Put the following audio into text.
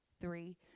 three